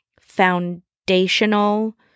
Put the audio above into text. foundational